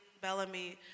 Bellamy